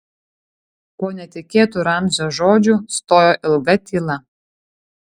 po netikėtų ramzio žodžių stojo ilga tyla